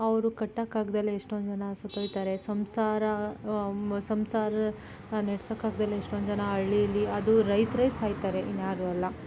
ಅವರು ಕಟ್ಟೋಕಾಗ್ದಲೆ ಎಷ್ಟೊಂದು ಜನ ಸತ್ತೊಗ್ತಾರೆ ಸಂಸಾರ ಸಂಸಾರ ನೆಡ್ಸೊಕಾಗ್ದೆ ಎಷ್ಟೊಂದು ಜನ ಹಳ್ಳೀಲಿ ಅದು ರೈತರೇ ಸಾಯ್ತಾರೆ ಇನ್ಯಾರು ಅಲ್ಲ